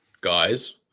Guys